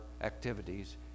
activities